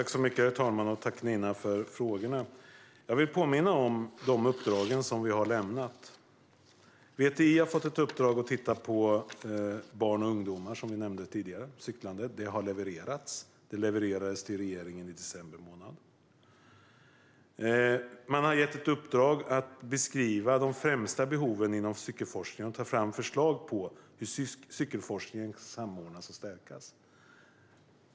Herr talman! Jag tackar Nina för frågorna. Jag vill påminna om de uppdrag som vi har lämnat. VTI har fått ett uppdrag att titta på barn och ungdomars cyklande, som vi nämnde tidigare. Detta levererades till regeringen i december månad. Man har gett ett uppdrag att beskriva de främsta behoven inom cykelforskningen och ta fram förslag på hur cykelforskningen kan samordnas och stärkas.